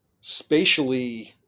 spatially